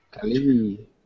Kali